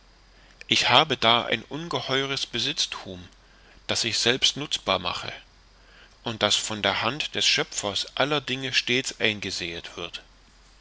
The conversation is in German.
ich habe da ein ungeheures besitzthum das ich selbst nutzbar mache und das von der hand des schöpfers aller dinge stets eingesäet wird